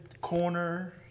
corner